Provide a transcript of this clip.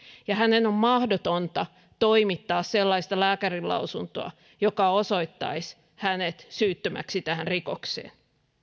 ja hänen on mahdotonta toimittaa sellaista lääkärinlausuntoa joka osoittaisi hänet syyttömäksi tähän rikokseen